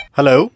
Hello